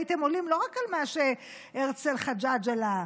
הייתם עולים לא רק על מה שהרצל חג'ג' עלה עליו,